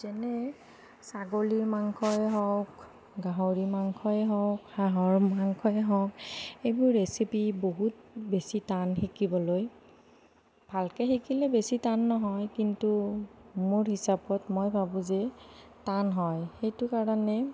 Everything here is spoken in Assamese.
যেনে ছাগলীৰ মাংসই হওক গাহৰি মাংসই হওক হাঁহৰ মাংসই হওক এইবোৰ ৰেচিপি বহুত বেছি টান শিকিবলৈ ভালকৈ শিকিলে বেছি টান নহয় কিন্তু মোৰ হিচাপত মই ভাবোঁ যে টান হয় সেইটো কাৰণে